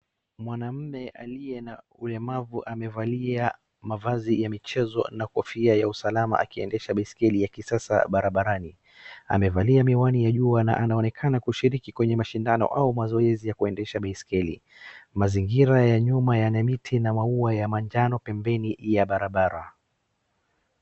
Mwamume aliyena ulemavu amevalia mavazi ya michezo na kofia ya usalama akiendesha baiskeli ya kisasa barabarani. Amevalia miwani ya jua na anaonekana kushiriki kwenye mashindano au mazoezi ya kuendesha baiskeli. Mazingira ya nyuma yana miti na maua ya majano pemebeni ya barabara.